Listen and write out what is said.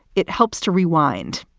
it helps to rewind,